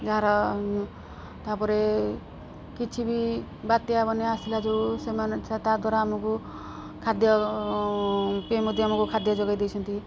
ଯାହାର ତା'ପରେ କିଛି ବି ବାତ୍ୟା ବନ୍ୟା ଆସିଲା ଯେଉଁ ସେମାନେ ତା ଦ୍ୱାରା ଆମକୁ ଖାଦ୍ୟ ମଧ୍ୟ ଆମକୁ ଖାଦ୍ୟ ଯୋଗାଇ ଦେଇଛନ୍ତି